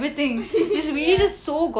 ya